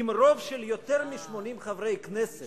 אם רוב של יותר מ-80 חברי כנסת